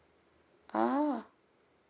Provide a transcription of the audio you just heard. ah